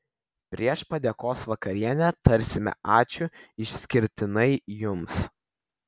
prieš padėkos vakarienę tarsime ačiū išskirtinai jums